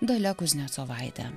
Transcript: dalia kuznecovaite